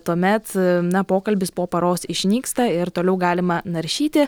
tuomet na pokalbis po paros išnyksta ir toliau galima naršyti